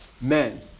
men